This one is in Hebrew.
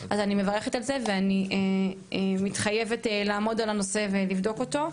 אז אני מברכת על זה ואני מתחייבת לעמוד על הנושא ולבדוק אותו.